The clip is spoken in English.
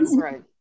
right